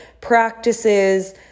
practices